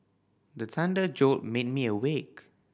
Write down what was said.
the thunder jolt may me awake